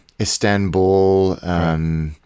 Istanbul